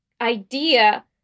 idea